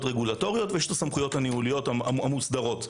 רגולטוריות ויש סמכויות ניהוליות מוסדרות.